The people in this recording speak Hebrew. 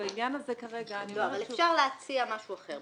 אבל אפשר להציע משהו אחר.